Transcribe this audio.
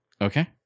Okay